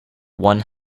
one